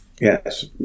Yes